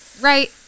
right